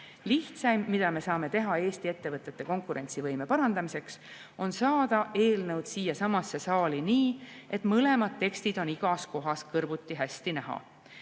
Lihtsaim, mida me saame teha Eesti ettevõtete konkurentsivõime parandamiseks, on saada eelnõud siiasamasse saali nii, et mõlemad tekstid on igas kohas kõrvuti hästi näha.